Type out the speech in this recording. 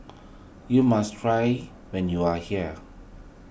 you must try when you are here